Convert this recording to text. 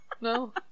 No